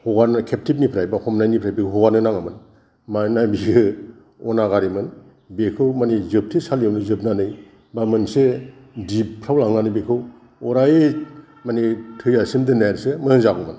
हगारनो केप्तिभनिफ्राय बा हमनायनिफ्राय बे हगारनो नाङामोन मानोना बियो अनागारिमोन बेखौ माने जोबथेसालियावनो जोबनानै बा मोनसे द्विपफोराव लांनानै बिखौ अराय माने थैजासिम दोन्नायासो मोजां जागौमोन